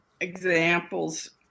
examples